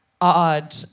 odd